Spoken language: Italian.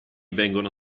vengono